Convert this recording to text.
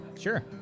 Sure